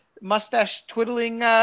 mustache-twiddling